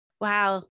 Wow